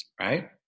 right